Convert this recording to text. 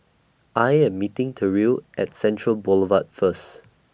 I Am meeting Terrill At Central Boulevard First